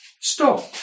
stop